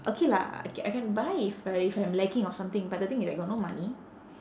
okay lah I can I can buy if I if I'm lacking of something but the thing is I got no money